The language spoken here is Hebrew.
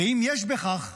ואם יש בכך חדש,